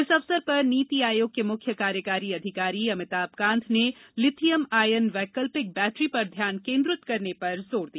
इस अवसर पर नीति आयोग के मुख्य कार्यकारी अधिकारी अमिताभ कांत ने लिथियम आयन वैकल्पिक बैटरी पर ध्यान केंद्रित करने पर जोर दिया